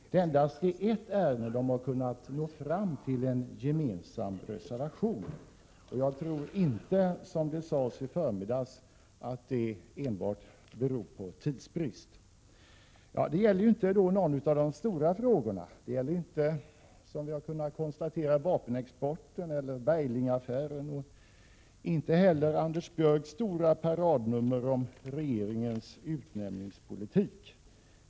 Det är alltså bara i ett enda ärende de kunnat nå fram till en gemensam reservation. Jag tror inte, som det sades i förmiddags, att det bara beror på tidsbrist. Och det gäller inte en av de stora frågorna. Det gäller, som vi har kunnat konstatera, inte vapenexporten, Berglingaffären, inte heller Anders Björcks stora paradnummer regeringens utnämningspolitik.